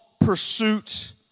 pursuit